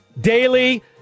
daily